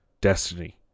Destiny